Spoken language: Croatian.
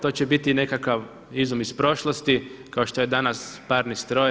To će biti nekakav izum iz prošlosti kao što je danas parni stroj.